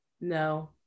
No